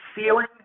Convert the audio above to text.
ceiling